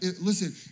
listen